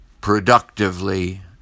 productively